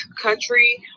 country